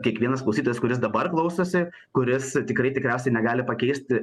kiekvienas klausytojas kuris dabar klausosi kuris tikrai tikriausiai negali pakeisti